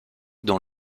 dans